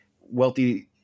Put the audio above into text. wealthy